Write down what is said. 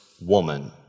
woman